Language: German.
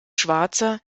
schwarzer